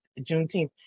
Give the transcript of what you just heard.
Juneteenth